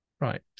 Right